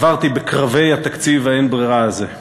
נברתי בקרבי תקציב האין-ברירה הזה.